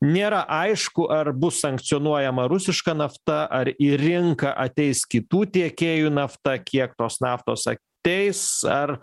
nėra aišku ar bus sankcionuojama rusiška nafta ar į rinką ateis kitų tiekėjų nafta kiek tos naftos ateis ar